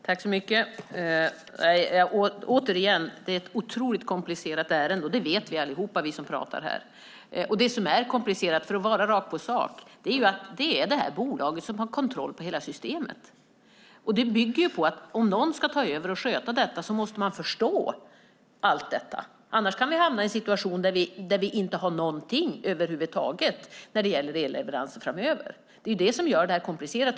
Fru talman! Återigen: Det är ett otroligt komplicerat ärende. Det vet alla vi som talar här. Det som är komplicerat, för att vara rakt på sak, är att det här bolaget har kontroll över hela systemet. Det bygger på att om någon ska ta över och sköta det måste man förstå allt detta. Annars kan vi hamna i en situation där vi inte har någonting över huvud taget när det gäller elleveranser framöver. Det är det som gör det här komplicerat.